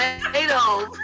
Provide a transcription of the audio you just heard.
tomatoes